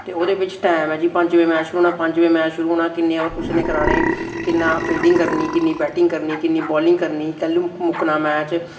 ते ओह्दे बिच्च टैम ऐ जे पंज बजे मै शुरू होना पंज बजे मै शुरू होना किन्ने ओवर कुसा ने कराने किन्ना फील्डिंग करनी किन्नी बैटिंग करनी किन्नी बालिंग करनी कैल्लू मुक्कना मैच